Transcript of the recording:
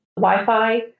Wi-Fi